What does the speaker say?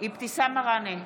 אבתיסאם מראענה,